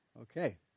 Okay